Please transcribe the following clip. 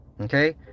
okay